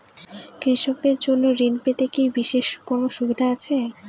কৃষকদের জন্য ঋণ পেতে কি বিশেষ কোনো সুবিধা আছে?